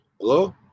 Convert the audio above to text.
Hello